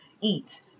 eat